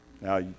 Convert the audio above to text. Now